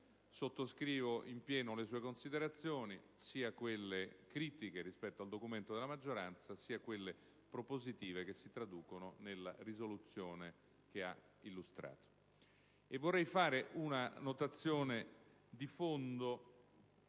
sottoscrivo in pieno le sue considerazioni, sia quelle critiche rispetto al documento della maggioranza, sia quelle propositive che si traducono nella risoluzione presentata.